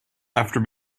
after